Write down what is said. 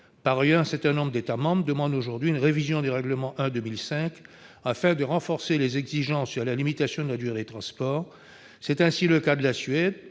un certain nombre d'États membres demandent aujourd'hui une révision du règlement n° 1/2005 précité afin de renforcer les exigences sur la limitation de la durée des transports. C'est ainsi le cas de la Suède,